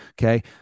Okay